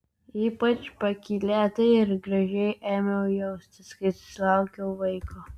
ypač pakylėtai ir gražiai ėmiau jaustis kai susilaukiau vaiko